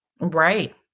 Right